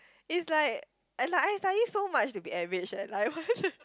is like I like I study so much to be average eh like